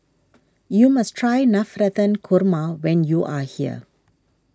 you must try Navratan Korma when you are here